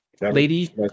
lady